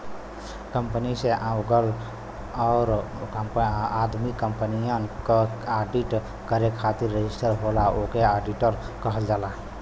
company से अलग जौन आदमी कंपनियन क आडिट करे खातिर रजिस्टर होला ओके आडिटर कहल जाला